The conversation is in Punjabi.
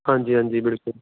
ਹਾਜੀ ਹਾਂਜੀ ਬਿਲਕੁਲ